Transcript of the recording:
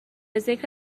ذکر